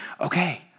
okay